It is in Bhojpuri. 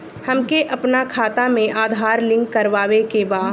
हमके अपना खाता में आधार लिंक करावे के बा?